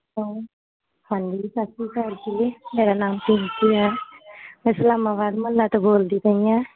hello ਹਾਂਜੀ ਸਤਿ ਸ਼੍ਰੀ ਅਕਾਲ ਵੀਰੇ ਮੇਰਾ ਨਾਮ ਪਿੰਕੀ ਹੈ ਮੈਂ ਇਸਲਾਮਾਬਾਦ ਮੁਹੱਲਾ ਤੋਂ ਬੋਲਦੀ ਪਈ ਐਂ